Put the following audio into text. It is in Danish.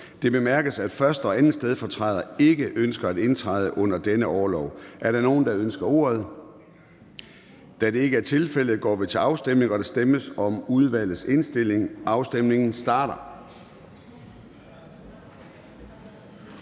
Det bemærkes, at 1. og 2. stedfortræder ikke ønsker at indtræde under denne orlov. Er der nogen, der ønsker ordet? Da det ikke er tilfældet, går vi til afstemning. Kl. 10:03 Afstemning Formanden (Søren Gade): Der stemmes om udvalgets indstilling. Afstemningen starter.